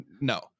no